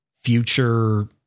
future